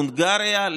הונגריה,